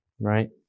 Right